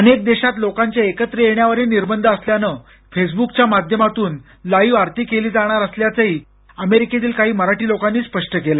अनेक देशात लोकांच्या एकत्र येण्यावर निर्बंध असल्यानं फेसब्र्क च्या माध्यमातून लाईव्ह आरती केली जाणार असल्याचंही अमेरिकेतील काही मराठी लोकांनी स्पष्ट केलं